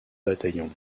bataillons